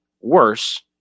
worse